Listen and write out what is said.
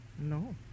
no